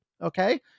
okay